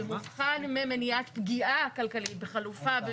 במובחן ממניעת פגיעה כלכלית בחלופה,